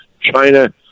China